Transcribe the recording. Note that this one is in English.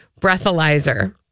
breathalyzer